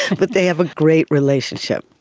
but they have a great relationship,